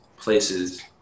Places